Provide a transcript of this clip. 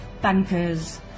bankers